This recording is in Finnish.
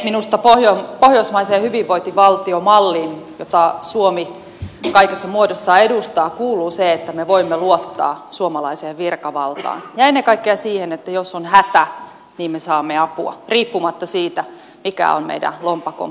minusta pohjoismaiseen hyvinvointivaltiomalliin jota suomi kaikissa muodoissaan edustaa kuuluu se että me voimme luottaa suomalaiseen virkavaltaan ja ennen kaikkea siihen että jos on hätä niin me saamme apua riippumatta siitä mikä on meidän lompakkomme paksuus